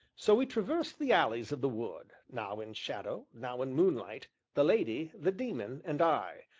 so we traversed the alleys of the wood, now in shadow, now in moonlight, the lady, the daemon, and i,